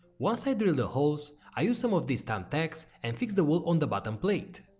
once i drill the holes, i use some of these thumbtacks and fix the wool on the bottom plate.